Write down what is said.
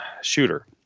shooter